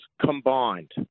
combined